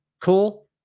Cool